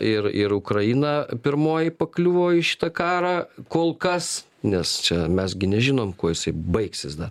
ir ir ukraina pirmoji pakliuvo į šitą karą kol kas nes čia mes gi nežinom kuo jisai baigsis dar